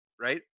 right